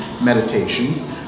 meditations